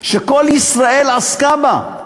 שכל ישראל עסקה בה,